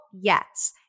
Yes